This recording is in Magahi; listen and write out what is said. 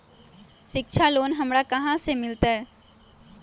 शिक्षा लोन हमरा कहाँ से मिलतै?